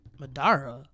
Madara